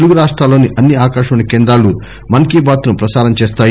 తెలుగు రాష్టాల్లోని అన్ని ఆకాశవాణి కేంద్రాలు మన్కీబాత్ను ప్రసారం చేస్తాయి